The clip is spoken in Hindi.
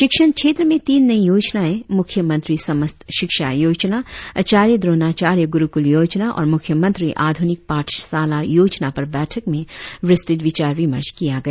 शिक्षण क्षेत्र में तीन नई योजनाएं मुख्य मंत्री समस्त शिक्षा योजना आचार्य द्रोणाचार्य गुरुकुल योजना और मुख्य मंत्री आधुनिक पाठशाला योजना पर बैठक में विस्तृत विचार विमर्श किया गया